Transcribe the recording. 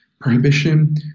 prohibition